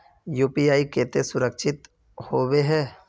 UPI केते सुरक्षित होबे है?